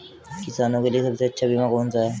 किसानों के लिए सबसे अच्छा बीमा कौन सा है?